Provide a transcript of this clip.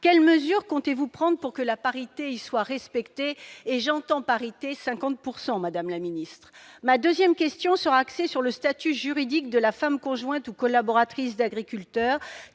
Quelles mesures comptez-vous prendre pour que la parité y soit respectée ? Par parité, madame la secrétaire d'État, j'entends 50 %. Ma deuxième question sera axée sur le statut juridique de la femme conjointe ou collaboratrice d'agriculteur,